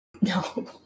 No